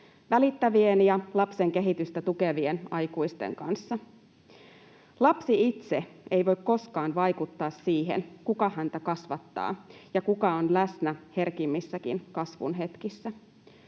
välittävien ja lapsen kehitystä tukevien aikuisten kanssa. Lapsi itse ei voi koskaan vaikuttaa siihen, kuka häntä kasvattaa ja kuka on läsnä herkimmissäkin kasvun hetkissä.